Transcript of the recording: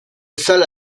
salle